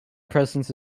presence